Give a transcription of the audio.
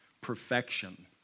perfection